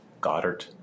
Goddard